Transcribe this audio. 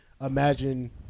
Imagine